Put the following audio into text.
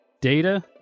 Data